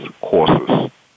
courses